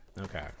Okay